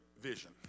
vision